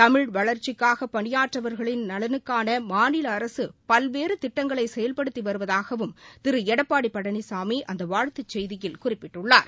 தமிழ் வளர்ச்சிக்காக பணியாற்றியவர்களின் நலனுக்காக மாநில அரசு பல்வேறு திட்டங்களை செயவ்படுத்தி வருவதாகவும் திரு எடப்பாடி பழனிசாமி அந்த வாழ்த்து செய்தியில் குறிப்பிட்டுள்ளார்